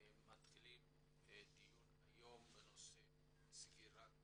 מתחילים דיון בנושא סגירת